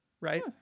right